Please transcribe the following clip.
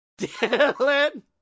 Dylan